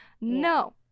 No